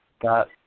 got